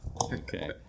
Okay